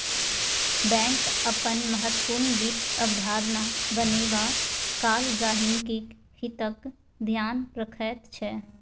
bank अपन महत्वपूर्ण वित्त अवधारणा बनेबा काल गहिंकीक हितक ध्यान रखैत छै